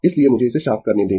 इसलिए मुझे इसे साफ करने दें